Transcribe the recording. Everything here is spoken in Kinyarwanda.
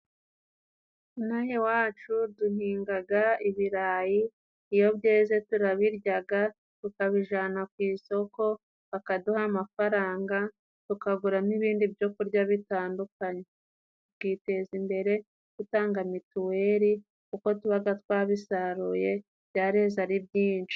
Inaha iwacu duhingaga ibirayi iyo byeze turabiryaga tukabijana ku isoko, bakaduha amafaranga tukaguramo ibindi byokurya bitandukanye, tukiteza imbere dutanga mituweri kuko tubaga twabisaruye byareze ari byinshi.